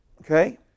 Okay